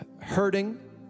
hurting